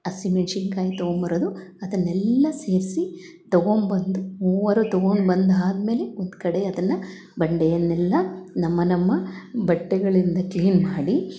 ಹಸಿಮೆನ್ಶಿನ್ ಕಾಯಿ ತಗೊಂಬರೋದು ಅದನೆಲ್ಲ ಸೇರಿಸಿ ತೊಗೊಂಬಂದು ಮೂವರು ತಗೊಂಡು ಬಂದು ಆದಮೇಲೆ ಒಂದು ಕಡೆ ಅದನ್ನು ಬಂಡೆಯನೆಲ್ಲ ನಮ್ಮ ನಮ್ಮ ಬಟ್ಟೆಗಳಿಂದ ಕ್ಲೀನ್ ಮಾಡಿ